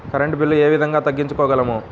Current bill ఏ విధంగా తగ్గించుకోగలము?